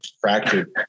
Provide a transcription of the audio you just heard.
Fractured